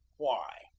why?